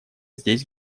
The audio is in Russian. здесь